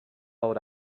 old